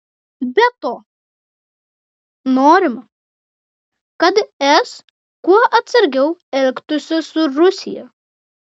be to norima kad es kuo atsargiau elgtųsi su rusija